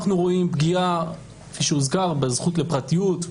אנחנו רואים פגיעה בזכות לפרטיות,